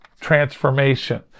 transformation